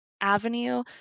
avenue